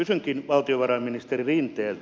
kysynkin valtiovarainministeri rinteeltä